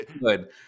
good